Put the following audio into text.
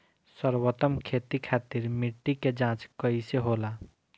सर्वोत्तम खेती खातिर मिट्टी के जाँच कईसे होला?